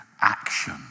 action